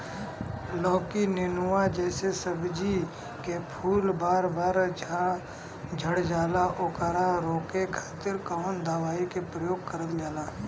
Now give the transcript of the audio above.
लौकी नेनुआ जैसे सब्जी के फूल बार बार झड़जाला ओकरा रोके खातीर कवन दवाई के प्रयोग करल जा?